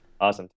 Awesome